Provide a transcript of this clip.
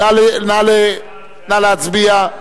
נא להצביע.